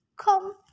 come